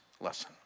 lesson